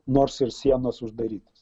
nors ir sienos uždarytos